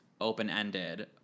open-ended